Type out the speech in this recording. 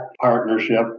partnership